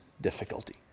difficulty